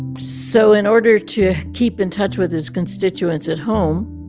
so in order to keep in touch with his constituents at home,